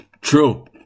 True